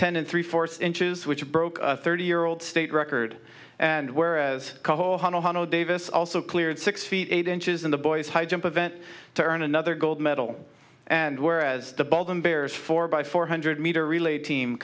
ten and three fourths inches which broke a thirty year old state record and whereas davis also cleared six feet eight inches in the boys high jump event to earn another gold medal and whereas the bottom bears four by four hundred meter relay team